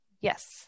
Yes